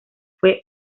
fue